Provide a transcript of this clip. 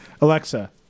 alexa